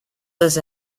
this